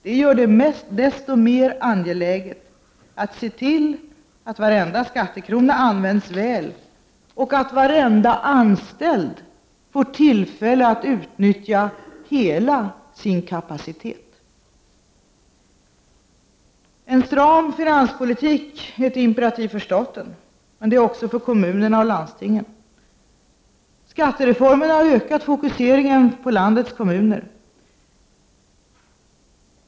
Det gör det desto mer angeläget att se till att varenda skattekrona används väl och att varenda anställd får tillfälle att utnyttja hela sin kapacitet. En stram finanspolitik är ett imperativ för staten. Men det är det också för kommunerna och landstingen. Skattereformen har ökat fokuseringen på landets kommuner.